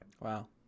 Wow